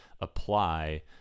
apply